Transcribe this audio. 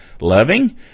loving